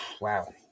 wow